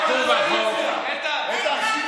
הצעד הראשון הוא פתיחת אזורי הכשרות,